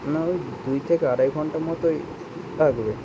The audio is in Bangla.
না ওই দুই থেকে আড়াই ঘন্টা মতোই লাগবে